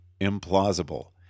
implausible